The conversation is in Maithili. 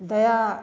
दया